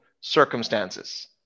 circumstances